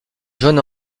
jeune